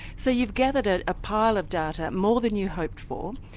so you've gathered a ah pile of data, more than you hoped for.